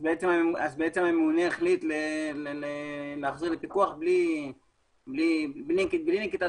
אז הממונה החליט להחזיר לפיקוח בלי נקיטת